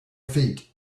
feet